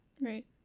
right